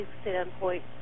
standpoint